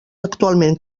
actualment